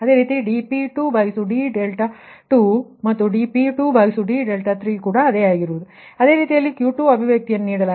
ಆದ್ದರಿಂದ ಅದೇ ರೀತಿ Q2 ಅಭಿವ್ಯಕ್ತಿ ನೀಡಲಾಗಿದೆ